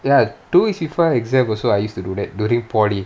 ya two weeks before exam also I used to do that during polytechnic